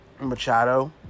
Machado